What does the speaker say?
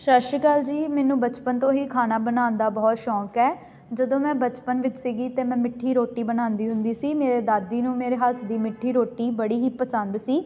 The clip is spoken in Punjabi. ਸਤਿ ਸ਼੍ਰੀ ਅਕਾਲ ਜੀ ਮੈਨੂੰ ਬਚਪਨ ਤੋਂ ਹੀ ਖਾਣਾ ਬਣਾਉਣ ਦਾ ਬਹੁਤ ਸ਼ੌਕ ਹੈ ਜਦੋਂ ਮੈਂ ਬਚਪਨ ਵਿੱਚ ਸੀਗੀ ਅਤੇ ਮੈਂ ਮਿੱਠੀ ਰੋਟੀ ਬਣਾਉਂਦੀ ਹੁੰਦੀ ਸੀ ਮੇਰੇ ਦਾਦੀ ਨੂੰ ਮੇਰੇ ਹੱਥ ਦੀ ਮਿੱਠੀ ਰੋਟੀ ਬੜੀ ਹੀ ਪਸੰਦ ਸੀ